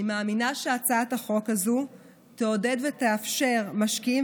אני מאמינה שהצעת החוק הזו תעודד ותאפשר למשקיעים